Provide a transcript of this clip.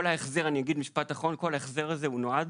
אני אגיד משפט אחרון: כל ההחזר הזה נועד